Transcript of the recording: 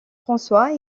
françois